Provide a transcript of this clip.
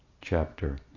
chapter